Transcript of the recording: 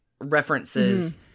references